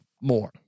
more